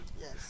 Yes